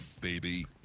baby